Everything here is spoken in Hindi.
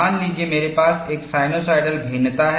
मान लीजिए मेरे पास एक साइनसोइडल भिन्नता है